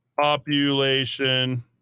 population